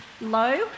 low